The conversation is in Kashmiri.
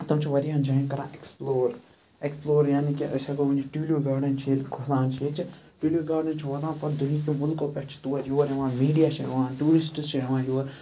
تِم چھِ واریاہَن جایَن کَران ایکسپلور ایکسپلور یعنی کہِ أسۍ ہیٚکو ؤنتھ ٹوٗلِپ گاڈَن چھِ ییٚلہِ کھُلان چھِ ییٚتہِ ٹوٗلِپ گاڈَن چھِ واتان پَتہٕ دُنہِکیو ملکو پٮ۪ٹھ چھِ تور یور یِوان میٖڈیا چھِ یِوان ٹورِسٹٕس چھِ یِوان یور